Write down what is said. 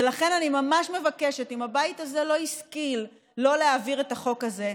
ולכן אני ממש מבקשת: אם הבית הזה לא השכיל שלא להעביר את החוק הזה,